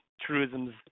truisms